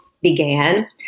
began